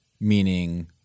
meaning